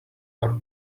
our